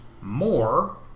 more